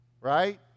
Right